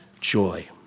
joy